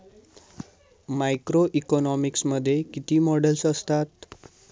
Macroeconomics मध्ये किती models असतात?